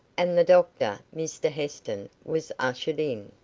and the doctor, mr heston, was ushered in.